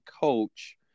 coach